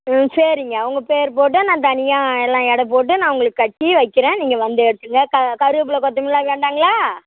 ம் சரிங்க உங்கள் பேர் போட்டு நான் தனியாக எல்லாம் எடை போட்டு நான் உங்களுக்கு கட்டி வைக்கிறேன் நீங்கள் வந்து எடுத்துகங்க க கருவேப்பிலை கொத்தமல்லியெலாம் வேண்டாங்களா